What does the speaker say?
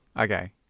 Okay